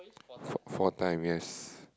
four time yes